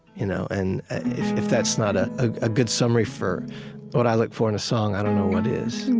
you know and if and if that's not ah a good summary for what i look for in a song, i don't know what is